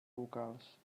vocals